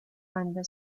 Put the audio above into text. banda